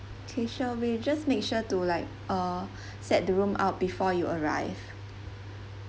K sure we'll just make sure to like uh set the room up before you arrive